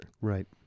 Right